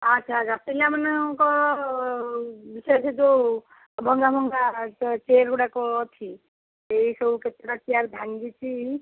ଆଚ୍ଛା ଯତିନ୍ ବାବୁଙ୍କ ସେଠି ଯୋଉ ଭଙ୍ଗା ଭଙ୍ଗା ଚେୟାର୍ଗୁଡ଼ାକ ଅଛି ସେଇ ସବୁ କେତେଟା ଚେୟାର୍ ଭାଙ୍ଗିଛି